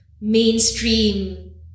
mainstream